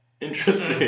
Interesting